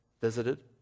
visited